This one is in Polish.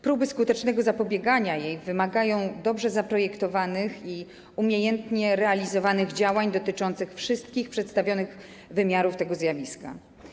Próby skutecznego zapobiegania jej wymagają dobrze zaprojektowanych i umiejętnie realizowanych działań dotyczących wszystkich przedstawionych wymiarów tego zjawiska.